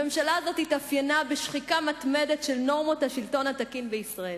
הממשלה הזאת התאפיינה בשחיקה מתמדת של נורמות השלטון התקין בישראל.